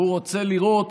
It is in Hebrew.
הוא רוצה לראות